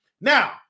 Now